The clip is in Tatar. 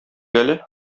әле